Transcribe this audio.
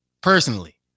personally